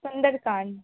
Sundarkand